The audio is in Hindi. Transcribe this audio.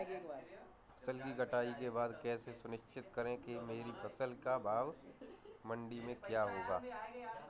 फसल की कटाई के बाद कैसे सुनिश्चित करें कि मेरी फसल का भाव मंडी में क्या होगा?